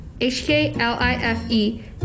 h-k-l-i-f-e